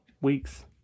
weeks